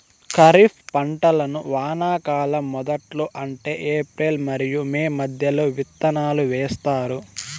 ఖరీఫ్ పంటలను వానాకాలం మొదట్లో అంటే ఏప్రిల్ మరియు మే మధ్యలో విత్తనాలు వేస్తారు